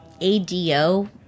ADO